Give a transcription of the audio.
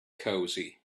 cosy